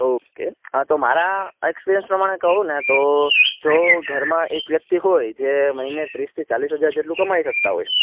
okay હાતો મારા experience પ્રમાણે કઉને તો જો ઘરમાં એક વ્યક્તિ હોય જે મઇને ત્રીસથી ચાલીસ હજાર જેટલું કમાઈ શકતા હોય